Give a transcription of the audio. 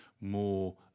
more